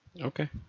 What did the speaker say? Okay